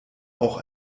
auch